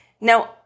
Now